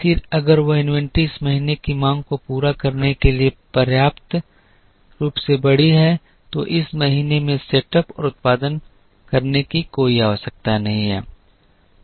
फिर अगर वह इन्वेंट्री इस महीने की मांग को पूरा करने के लिए पर्याप्त रूप से बड़ी है तो इस महीने में सेटअप और उत्पादन करने की कोई आवश्यकता नहीं है